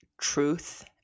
truth